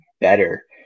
better